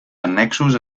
annexos